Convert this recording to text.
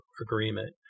agreement